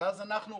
אז אנחנו,